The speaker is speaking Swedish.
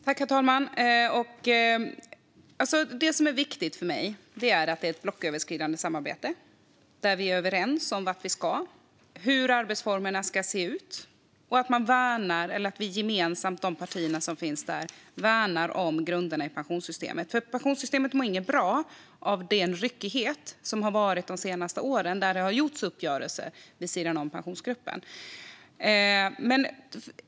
Herr talman! Det som är viktigt för mig är att det är ett blocköverskridande samarbete där vi är överens om vart vi ska och hur arbetsformerna ska se ut och att de partier som finns i gruppen gemensamt värnar om grunderna i pensionssystemet. Pensionssystemet mår inte bra av de senaste årens ryckighet då det har gjorts uppgörelser vid sidan av Pensionsgruppen.